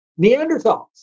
Neanderthals